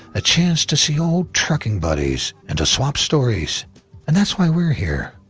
a chance to see old trucking buddies and to swap stories and that's why we're here.